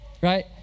right